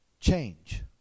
change